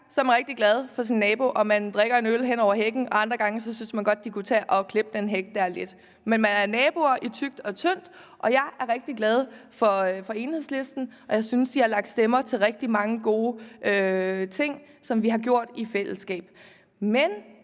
man rigtig glad for sin nabo, og man drikker en øl hen over hækken, og andre gange synes man godt, at de kunne tage og klippe den der hæk lidt. Men man er naboer i tykt og tyndt, og jeg er rigtig glad for Enhedslisten. Jeg synes, de har lagt stemmer til rigtig mange gode ting, som vi har gjort i fællesskab. Men